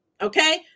Okay